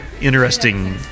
interesting